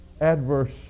adverse